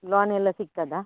loan ಎಲ್ಲ ಸಿಕ್ತದ